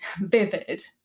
vivid